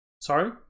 Sorry